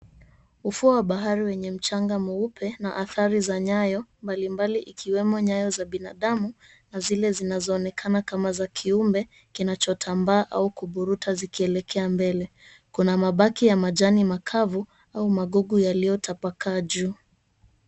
Ufuo wa bahari wenye mchanga mweupe na athari za nyayo mbalimbali ikiwemo nyayo za binadamu na zile zinazoonekana kama za kiumbe kinachotambaa au kuburuta zikielekea mbele. Kuna mabaki ya majani makavu au magugu yaliyotapakaa juu.